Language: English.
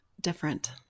different